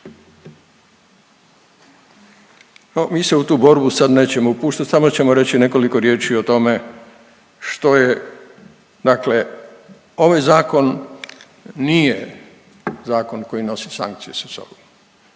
mi se u tu borbu sad nećemo upuštat, samo ćemo reći nekoliko riječi o tome što je. Dakle ovaj zakon nije zakon koji nosi sankcije sa sobom.